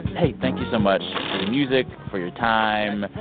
hey thank you so much for your music, for your time.